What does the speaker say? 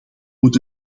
moet